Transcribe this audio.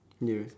yes